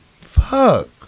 Fuck